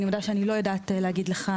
אני מודה שאני לא יודעת להגיד לך.